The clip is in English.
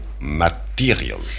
material